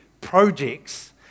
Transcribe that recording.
projects